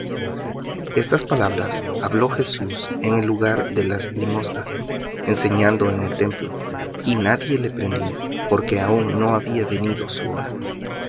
estas palabras habló jesús en el lugar de las limosnas enseñando en el templo y nadie le prendió porque aun no había venido su hora